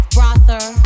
Brother